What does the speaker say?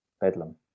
bedlam